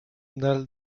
nel